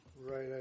Right